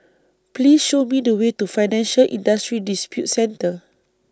Please Show Me The Way to Financial Industry Disputes Center